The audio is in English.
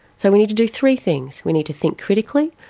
so we need to do three things we need to think critically,